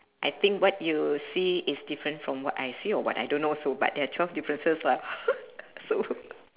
I think what you see is different from what I see or what I don't know also but there are twelve differences lah so